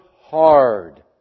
hard